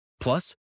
Plus